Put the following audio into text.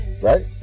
Right